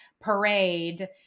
parade